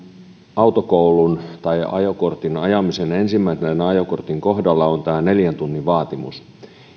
autokoulusta tai ajokortin ajamisesta ensimmäisen ajokortin kohdalla on tämä neljän tunnin vaatimus